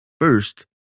First